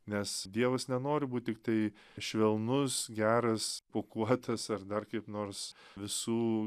nes dievas nenori būt tiktai švelnus geras pūkuotas ar dar kaip nors visų